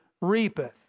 reapeth